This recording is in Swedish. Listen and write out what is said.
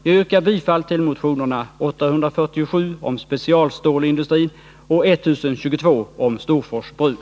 Jag yrkar bifall till motionerna 847 om specialstålsindustrin och 1022 om Storfors bruk.